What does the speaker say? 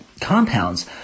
compounds